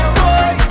boy